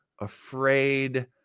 afraid